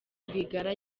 rwigara